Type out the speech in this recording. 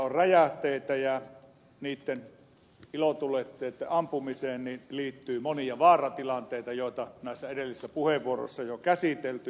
ilotulitteet ovat räjähteitä ja niiden ampumiseen liittyy monia vaaratilanteita joita edellisissä puheenvuoroissa on jo käsitelty